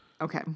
Okay